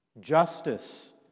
Justice